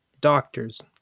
doctors